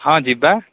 ହଁ ଯିବା